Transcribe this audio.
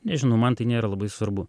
nežinau man tai nėra labai svarbu